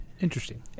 Interesting